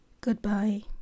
Goodbye